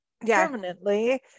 permanently